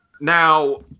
Now